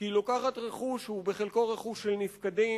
כי היא לוקחת רכוש שהוא בחלקו רכוש של נפקדים,